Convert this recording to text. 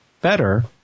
better